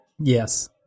Yes